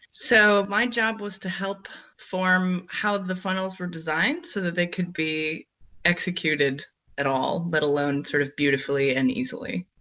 so, my job was to help form how the funnels were designed, so that they could be executed at all, let alone sort of beautifully and easily.